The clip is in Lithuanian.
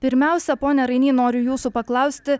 pirmiausia pone rainy noriu jūsų paklausti